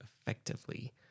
effectively